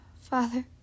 father